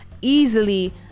easily